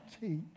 teach